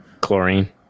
Chlorine